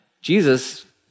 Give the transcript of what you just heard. Jesus